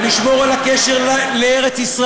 ונשמור על הקשר לארץ-ישראל,